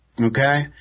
Okay